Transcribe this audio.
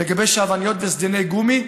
לגבי שעווניות וסדיני גומי,